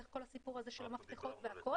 מול כל הסיפור הזה של המפתחות והכול.